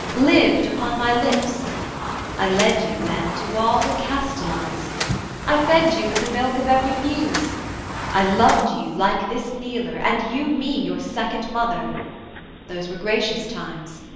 lived upon my lips i led you then to all the castalies i fed you with the milk of every muse i loved you like this kneeler, and you me your second mother those were gracious times.